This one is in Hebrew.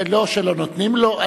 לא שלא נותנים לו.